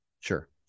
Sure